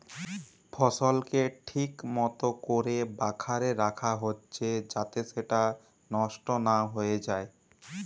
ফসলকে ঠিক মতো কোরে বাখারে রাখা হচ্ছে যাতে সেটা নষ্ট না হয়ে যায়